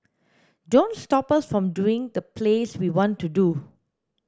don't stop us from doing the plays we want to do